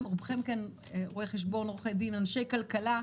שרובכם כאן רואי חשבון, עורכי דין, אנשי כלכלה.